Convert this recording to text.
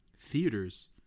theaters